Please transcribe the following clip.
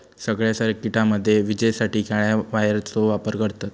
सगळ्या सर्किटामध्ये विजेसाठी काळ्या वायरचो वापर करतत